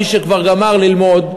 מי שכבר גמר ללמוד?